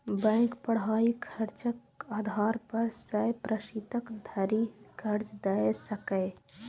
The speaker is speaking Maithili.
बैंक पढ़ाइक खर्चक आधार पर सय प्रतिशत धरि कर्ज दए सकैए